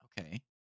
Okay